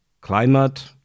climate